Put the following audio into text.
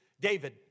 David